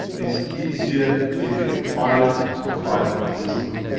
is easier if you fight, to fight a wisdom,